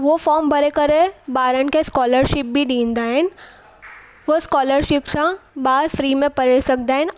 उहो फॉर्म भरे करे ॿारनि खे स्कोलरशिप बि ॾींदा आहिनि हो स्कोलरशिप सां ॿार फ्री में पढ़ी सघंदा आहिनि